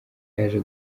yaje